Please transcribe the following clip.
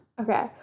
Okay